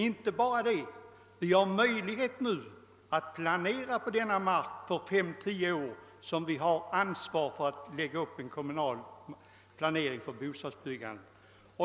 Vi har därför möjlighet att för 5—10 år lägga upp en kommunal planering för bostadsbyggandet.